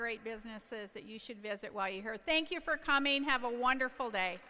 great businesses that you should visit why you here thank you for coming in have a wonderful day